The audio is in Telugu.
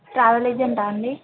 ట్రావెల్ ఏజెంటా అండి